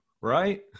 right